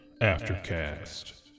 Aftercast